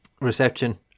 reception